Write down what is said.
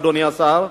אדוני השר,